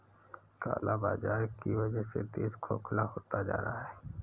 काला बाजार की वजह से देश खोखला होता जा रहा है